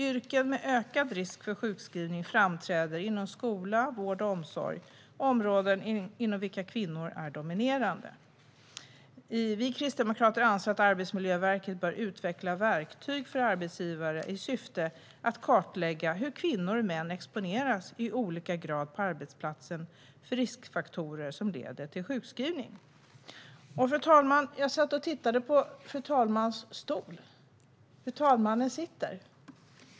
Yrken med ökad risk för sjukskrivning framträder inom skola, vård och omsorg - områden inom vilka kvinnor är dominerande. Vi kristdemokrater anser att Arbetsmiljöverket bör utveckla verktyg för arbetsgivare i syfte att kartlägga hur kvinnor och män i olika grad exponeras på arbetsplatsen för riskfaktorer som leder till sjukskrivning. Fru talman! Jag satt och tittade på fru talmannens stol - hur talmannen sitter.